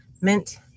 mint